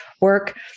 work